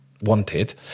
wanted